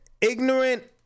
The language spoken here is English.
ignorant